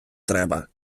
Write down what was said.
треба